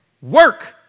Work